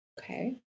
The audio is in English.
Okay